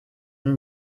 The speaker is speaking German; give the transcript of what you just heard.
der